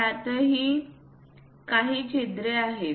यातही काही छिद्रे आहेत